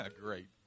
Great